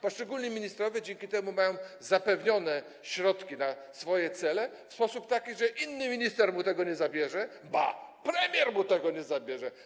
Poszczególni ministrowie dzięki temu mają zapewnione środki na swoje cele w taki sposób, że inny minister mu tego nie zabierze, ba, premier mu tego nie zabierze.